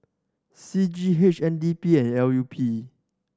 C G H N D P and L U P